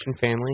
family